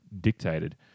dictated